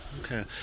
Okay